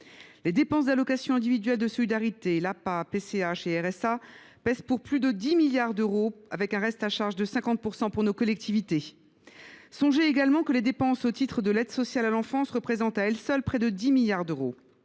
relatives aux allocations individuelles de solidarité – APA, PCH et RSA – pèsent pour plus de 18 milliards d’euros, avec un reste à charge de 50 % pour nos collectivités. Songez également que les dépenses au titre de l’aide sociale à l’enfance représentent, à elles seules, près de 10 milliards d’euros.